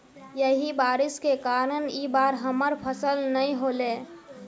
यही बारिश के कारण इ बार हमर फसल नय होले?